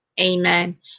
Amen